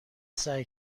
سعی